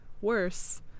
worse